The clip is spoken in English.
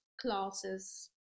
classes